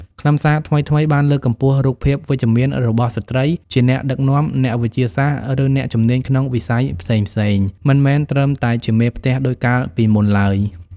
ខ្លឹមសារថ្មីៗបានលើកកម្ពស់រូបភាពវិជ្ជមានរបស់ស្ត្រី ជាអ្នកដឹកនាំ អ្នកវិទ្យាសាស្ត្រ ឬអ្នកជំនាញក្នុងវិស័យផ្សេងៗ មិនមែនត្រឹមតែជាមេផ្ទះដូចកាលពីមុនឡើយ។